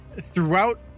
Throughout